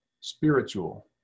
spiritual